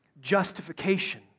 justification